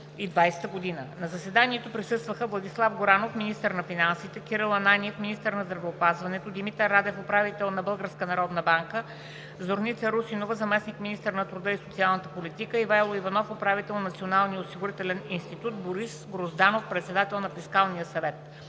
На заседанието присъстваха: Владислав Горанов – министър на финансите; Кирил Ананиев – министър на здравеопазването; Димитър Радев – управител на Българската народна банка; Зорница Русинова – заместник министър на труда и социалната политика; Ивайло Иванов – управител на Националния осигурителен институт; Борис Грозданов – председател на Фискалния съвет;